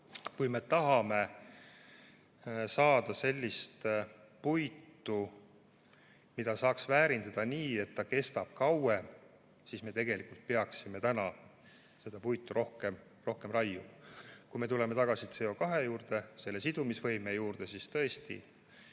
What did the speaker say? kui me tahame saada sellist puitu, mida saaks väärindada nii, et ta kestab kauem, siis me tegelikult peaksime täna seda metsa rohkem raiuma. Kui me tuleme tagasi CO2juurde, selle sidumise võime juurde, siis tõesti,